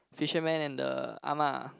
fisherman and the Ah Ma